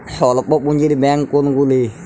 স্বল্প পুজিঁর ব্যাঙ্ক কোনগুলি?